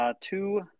Two